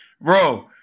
Bro